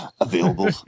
available